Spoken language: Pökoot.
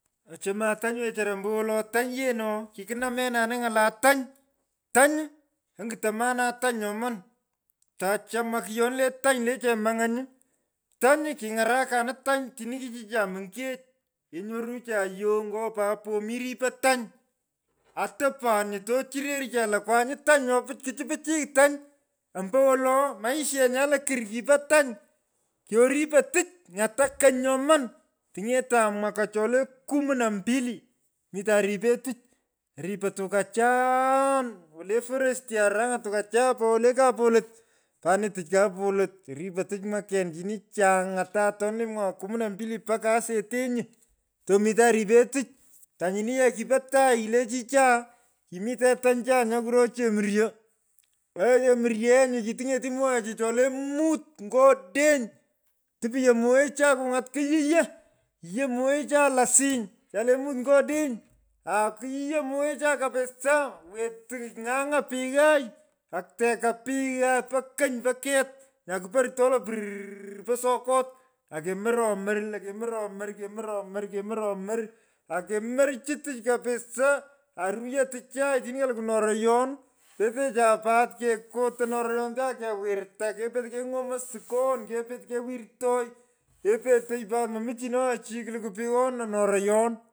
Ochoman tony wechara. ombowolo tany yee noo. kikinamenanin ng’ala tany. Tany. anguton maana tany myoman. Tochoman kyoni le tany le chemang’any. tany kiny’arakanin tany tini kichicha mungech. Kenyorucha yoo ngo popo mi ripey tany. Otopan nyu to chirerchan lo kwanyi tany nyokchi pichiy tany. ombowolo maishenyan lokurr kipo tony. Kyoripon tich ng’ata kony nyoman. tiny’etan mwaka cholee kamna mbili mitan ripe tich. Aripon tukachaan wote forosti arang’an tukachaa pa. wote kapolot. Pa anii tich kapolot. aripon tich mwaken chin chony ng’ata atoni le mwaka kumna mbili mbaka asetenyi tomitan ripe tich tanyini ye kipo tagh le chichaa. kimii tetanchaa nyo kuro chemuryo. Oe chemuryo yee nyu kiting’eti moghechi cholee mut ngo adeny. Tupyo moghechai kung’at. yiyoo. Yiyoo. moghechai lasing chale mut ngo adeny. yiyoo moghechai kabisaa owetu. ng’ang’a peghai. Atekan peigh po kony po ket. nya kuporto lo prrrrr po sokot ake kemorch tich kapisa aa ruyo tichai. tini kalukwu ake wirta. kepetei kungomoi sukon kepetei kewirtoi. kepetei pat. momichininye kulukwu peghona noroyon.